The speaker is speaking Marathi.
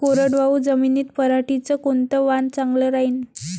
कोरडवाहू जमीनीत पऱ्हाटीचं कोनतं वान चांगलं रायीन?